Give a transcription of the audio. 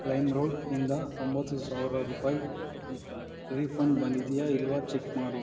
ಲೈಮ್ರೋಡಿಂದ ಒಂಬತ್ತು ಸಾವಿರ ರೂಪಾಯಿ ರೀಫಂಡ್ ಬಂದಿದೆಯಾ ಇಲ್ಲವಾ ಚೆಕ್ ಮಾಡು